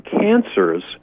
cancers